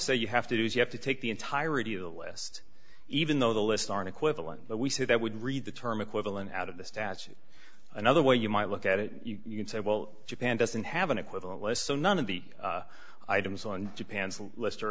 say you have to do is you have to take the entirety of the list even though the list are an equivalent but we say that would read the term equivalent out of the statute another way you might look at it you can say well japan doesn't have an equivalent list so none of the items on japan's list